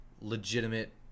legitimate